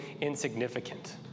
insignificant